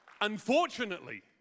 Unfortunately